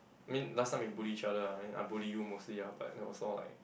mean last time we bully each other lah then I bully you mostly lah but that was all like